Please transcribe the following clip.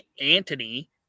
Anthony